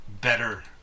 better